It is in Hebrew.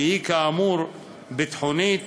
שהיא כאמור ביטחונית.